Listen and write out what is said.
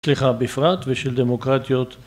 סליחה בפרט ושל דמוקרטיות